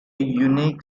unique